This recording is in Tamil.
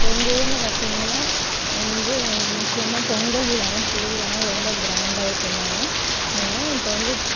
இப்போ எங்கூரில் பார்த்தீங்கன்னா வந்து முக்கியமாக பொங்கல் விழாவும் திருவிழாவும் ரொம்ப கிராண்டாக கொண்டாடுவாங்க இப்போ வந்து